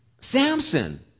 Samson